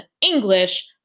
English